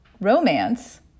romance